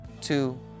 two